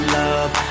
love